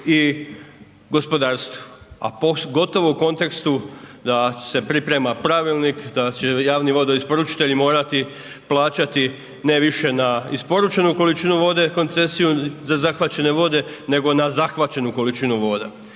i gospodarstvu, a pogotovo u kontekstu da se priprema pravilnik da će javni vodoisporučiteli morati plaćati ne više na isporučenu količinu vode koncesiju za zahvaćene vode, nego na zahvaćenu količinu vode.